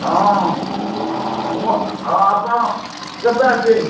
ହଁ ମୁଁ ହଁ ଆପଣ କେବେ ଆସିବେ